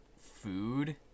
food